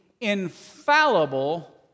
infallible